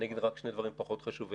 אני אגיד רק שני דברים פחות חשובים.